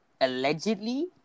allegedly